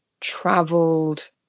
traveled